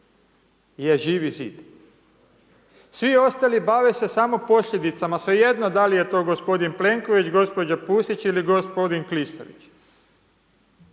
je Živi zid, svi ostali bave se samo posljedicama, svejedno dal' je to gospodin Plenković, gospođa Pusić, ili gospodin Klisović,